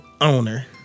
owner